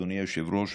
אדוני היושב-ראש,